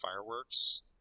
fireworks